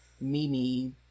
Mimi